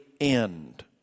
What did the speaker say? end